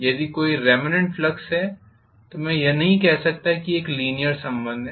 यदि कोई remnant flux है तो मैं यह नहीं कह सकता कि यह एक लीनीयर संबंध है